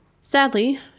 Sadly